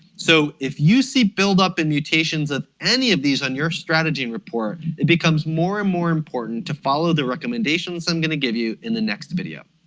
so if you see buildup in mutations of any of these on your strategene report it becomes more and more important to follow the recommendations i'm going to give you in the next video.